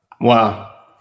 Wow